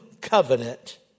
covenant